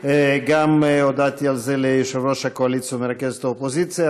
גם הודעתי על זה ליושב-ראש הקואליציה ומרכזת האופוזיציה,